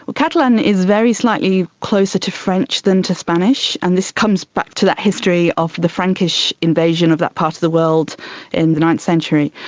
catalan is very slightly closer to french than to spanish, and this comes back to that history of the frankish invasion of that part of the world in the ninth century.